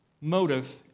motive